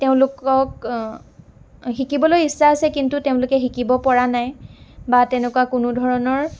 তেওঁলোকক শিকিবলৈ ইচ্ছা আছে কিন্তু তেওঁলোকে শিকিব পৰা নাই বা তেনেকুৱা কোনো ধৰণৰ